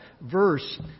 verse